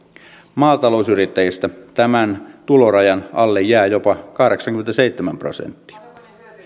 maatalousyrittäjistä tämän tulorajan alle jää jopa kahdeksankymmentäseitsemän prosenttia